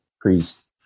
priest